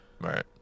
right